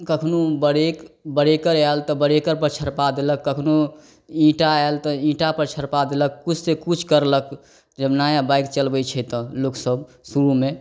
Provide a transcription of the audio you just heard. कखनो बरेक बरेकर आएल तऽ बरेकरपर छरपा देलक कखनहु ईंटा आएल तऽ ईंटापर छरपा देलक किछुसे किछु करलक जब नया बाइक चलबै छै तऽ लोकसभ शुरूमे